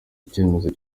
icyemezo